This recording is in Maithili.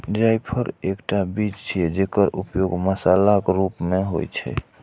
जायफल एकटा बीज छियै, जेकर उपयोग मसालाक रूप मे होइ छै